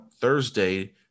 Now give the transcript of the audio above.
Thursday